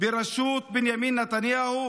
בראשות בנימין נתניהו,